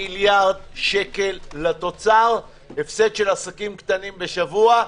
מיליארד שקל לתוצר הפסד עסקים קטנים בשבוע.